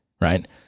right